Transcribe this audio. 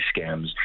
scams